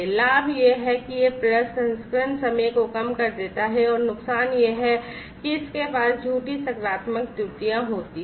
लाभ यह है कि यह प्रसंस्करण समय को कम कर देता है और नुकसान यह है कि इसके पास झूठी सकारात्मक त्रुटियां होती हैं